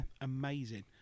amazing